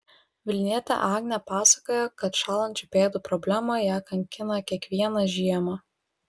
vilnietė agnė pasakoja kad šąlančių pėdų problema ją kankina kiekvieną žiemą